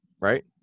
right